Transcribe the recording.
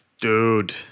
dude